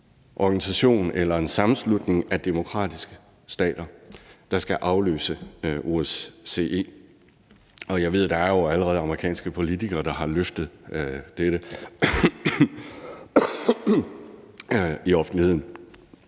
organisation eller en sammenslutning af demokratiske stater, der skal afløse OSCE. Jeg ved, der allerede er amerikanske politikere, der har rejst dette i offentligheden.